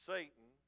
Satan